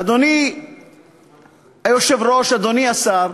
אדוני היושב-ראש, אדוני השר,